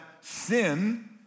sin